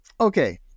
Okay